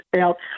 outside